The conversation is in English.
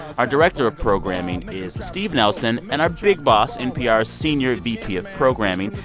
our director of programming is steve nelson. and our big boss, npr's senior vp of programming,